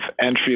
entry